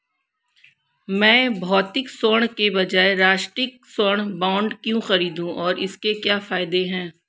मैं भौतिक स्वर्ण के बजाय राष्ट्रिक स्वर्ण बॉन्ड क्यों खरीदूं और इसके क्या फायदे हैं?